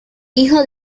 hijo